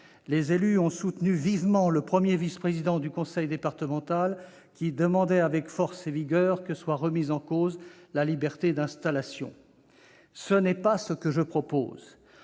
les élus ont soutenu vivement le premier vice-président du conseil départemental, qui demandait avec force et vigueur que soit remise en cause la liberté d'installation. Ce n'est pas ce que je propose.